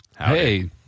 Hey